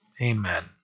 Amen